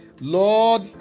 Lord